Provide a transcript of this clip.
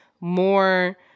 more